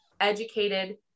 educated